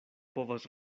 povas